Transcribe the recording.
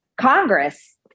Congress